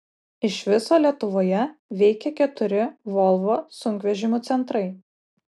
iš viso lietuvoje veikia keturi volvo sunkvežimių centrai